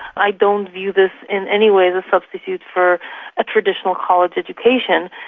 i don't view this in any way as a substitute for a traditional college education.